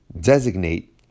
designate